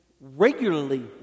regularly